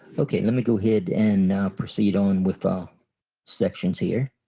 okay let me go ahead and proceed on with sections here.